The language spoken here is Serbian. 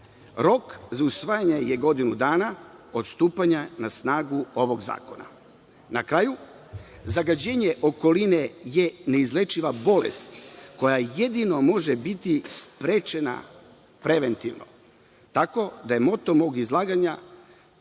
Rok za usvajanje je godinu dana od stupanja na snagu ovog zakona. Na kraju, zagađenje okoline je neizlečiva bolest koja jedino može biti sprečena preventivno, tako da je moto mog izlaganja